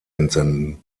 entsenden